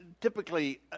typically